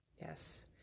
Yes